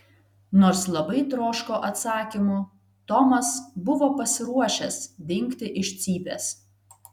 nors labai troško atsakymų tomas buvo pasiruošęs dingti iš cypės